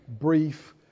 brief